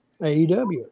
AEW